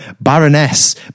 Baroness